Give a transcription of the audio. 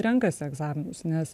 renkasi egzaminus nes